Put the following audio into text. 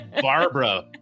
Barbara